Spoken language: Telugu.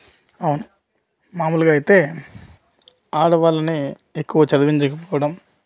అవును మామూలుగా అయితే ఆడవాళ్ళని ఎక్కువ చదివించకపోవడం